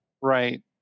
Right